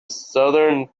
southern